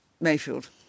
Mayfield